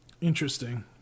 Interesting